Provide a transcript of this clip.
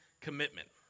commitment